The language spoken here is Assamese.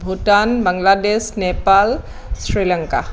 ভূটান বাংলাদেশ নেপাল শ্ৰীলংকা